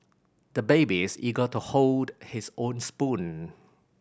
the baby is eager to hold his own spoon